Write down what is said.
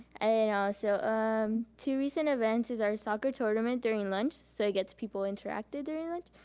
and also um two recent events is our soccer tournament during lunch, so it gets people interacted during lunch.